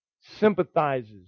sympathizes